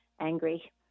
angry